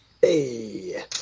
Hey